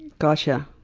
gotcha.